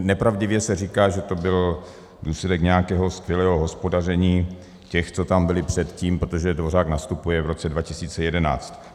Nepravdivě se říká, že to byl důsledek nějakého skvělého hospodaření těch, co tam byli předtím, protože Dvořák nastupuje v roce 2011.